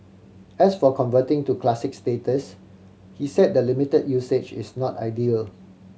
as for converting to Classic status he said the limited usage is not ideal